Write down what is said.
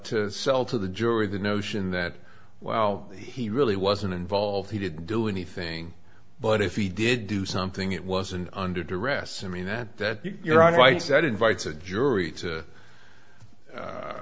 to sell to the jury the notion that well he really wasn't involved he didn't do anything but if he did do something it wasn't under duress i mean that that your advice that invites a jury to